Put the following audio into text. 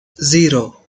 zero